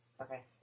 okay